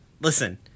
Listen